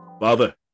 father